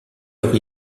leur